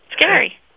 Scary